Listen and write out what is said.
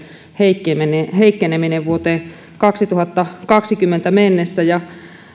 heikkeneminen heikkeneminen vuoteen kaksituhattakaksikymmentä mennessä